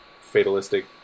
fatalistic